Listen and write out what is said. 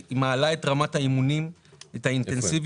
היא מעלה את רמת האימונים, את האינטנסיביות.